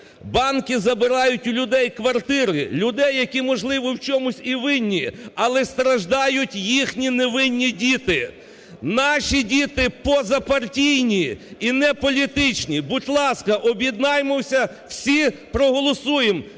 банки забирають у людей квартири, людей, які, можливо, в чомусь і винні, але страждають їхні невинні діти. Наші діти позапартійні і неполітичні. Будь ласка, об'єднаємося всі, проголосуємо.